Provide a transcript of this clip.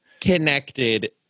connected